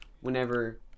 whenever